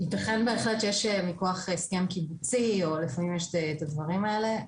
ייתכן בהחלט שיש מכוח הסכם קיבוצי או לפעמים יש את הדברים האלה.